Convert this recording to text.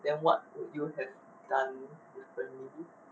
then what would you have done differently